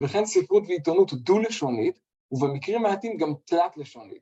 ‫לכן ספרות ועיתונות דו-לשונית, ‫ובמקרים מעטים גם תלת-לשונית.